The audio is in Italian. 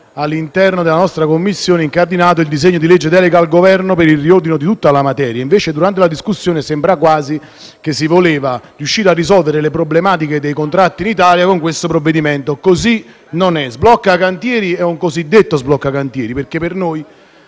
all'interno della nostra Commissione abbiamo incardinato il disegno di legge delega al Governo per il riordino di tutta la materia; invece, da quanto emerso durante la discussione, sembra quasi che l'intento fosse di riuscire a risolvere le problematiche dei contratti in Italia con questo provvedimento, ma così non è. Il provvedimento è un cosiddetto sblocca cantieri, perché per noi